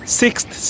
sixth